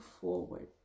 forward